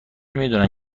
میدونن